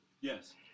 Yes